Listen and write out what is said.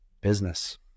business